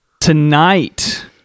Tonight